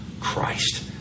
Christ